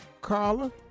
Carla